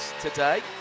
today